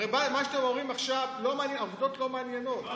הרי מה שאתם אומרים עכשיו, העובדות לא מעניינות.